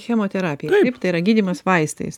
chemoterapija taip tai yra gydymas vaistais